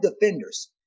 defenders